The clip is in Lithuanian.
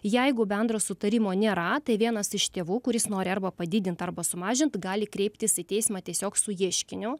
jeigu bendro sutarimo nėra tai vienas iš tėvų kuris nori arba padidint arba sumažint gali kreiptis į teismą tiesiog su ieškiniu